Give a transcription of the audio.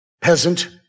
peasant